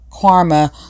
Karma